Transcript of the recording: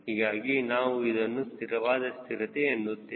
ಹೀಗಾಗಿ ನಾವು ಇದನ್ನು ಸ್ಥಿರವಾದ ಸ್ಥಿರತೆ ಎನ್ನುತ್ತೇವೆ